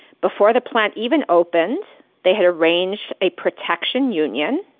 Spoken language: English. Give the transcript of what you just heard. before the plant even opens, they had arranged a protection union,